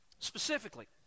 Specifically